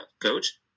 coach